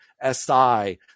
S-I